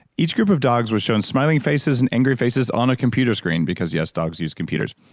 each group of dogs was shown smiling faces and angry faces on a computer screen, because yes, dogs use computers.